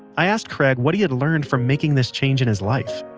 i asked craig what he had learned from making this change in his life